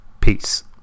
Peace